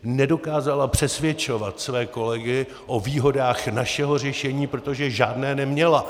Nedokázala přesvědčovat své kolegy o výhodách našeho řešení, protože žádné neměla.